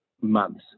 months